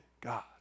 God